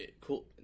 cool